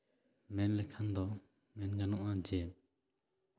ᱢᱮᱱ ᱞᱮᱠᱷᱟᱱ ᱫᱚ ᱢᱮᱱ ᱜᱟᱱᱚᱜᱼᱟ ᱡᱮ